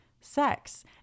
sex